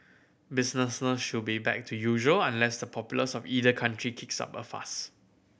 business should be back to usual unless the populace of either country kicks up a fuss